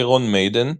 איירון מיידן,